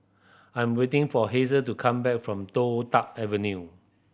I'm waiting for Hazel to come back from Toh Tuck Avenue